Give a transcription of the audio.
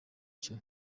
cyo